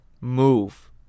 move